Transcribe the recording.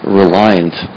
reliant